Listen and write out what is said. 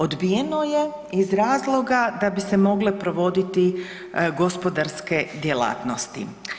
Odbijeno je iz razloga da bi se mogle provoditi gospodarske djelatnosti.